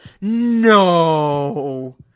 no